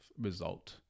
result